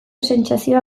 sentsazioa